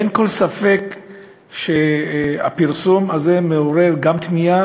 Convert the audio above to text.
אין כל ספק שהפרסום הזה גם מעורר תמיהה